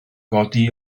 godi